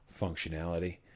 functionality